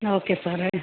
okay സാറേ